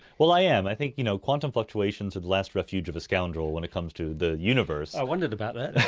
i and i think you know quantum fluctuations are the last refuge of a scoundrel when it comes to the universe. i wondered about that.